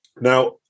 Now